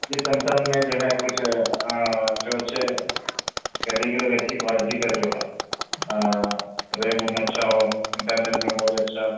جی Samsung میں جو ہے کچھ جو اچھے کٹیگری اور اچھی کوالٹی کا جو ہو ریم اوم اچھا ہو انٹرنل میمیوری اچھا